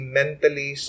mentally